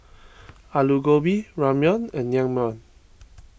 Alu Gobi Ramyeon and Naengmyeon